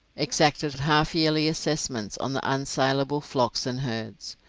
exacted half-yearly assessments on the unsaleable flocks and herds.